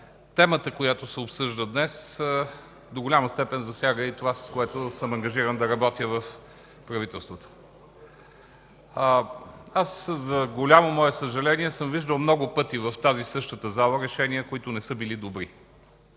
темата, която се обсъжда днес, до голяма степен засяга и това, с което съм ангажиран да работя в правителството. За голямо мое съжаление съм виждал много пъти в тази, същата зала решения, които не са били добри,